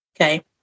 Okay